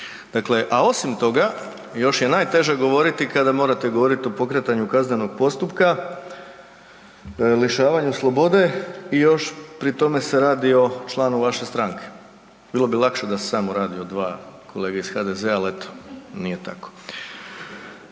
Dakle, a osim toga još je najteže govoriti kada morate govoriti o pokretanju kaznenog postupka, lišavanju slobode i još pri tome se radi o članu vaše stranke. Bilo bi lakše da se samo radi o dva kolege iz HDZ-a, ali eto nije tako.